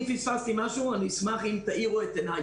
אם פספסתי משהו, אשמח אם תאירו את עיניי.